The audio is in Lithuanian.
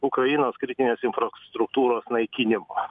ukrainos kritinės infrastruktūros naikinimo